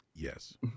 Yes